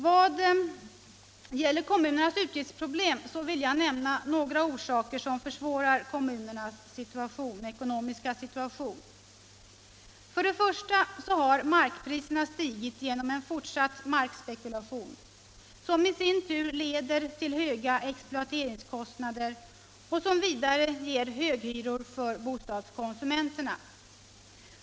Vad gäller kommunernas utgiftsproblem vill jag nämna några omständigheter som försvårar kommunernas ekonomiska situation. För det första har markpriserna stigit genom en fortsatt markspekulation, som i sin tur leder till höga exploateringskostnader och som vidare ger höghyror för bostadskonsumenterna.